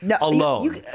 alone